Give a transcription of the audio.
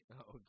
Okay